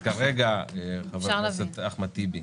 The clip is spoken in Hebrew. אז כרגע, חבר הכנסת אחמד טיבי,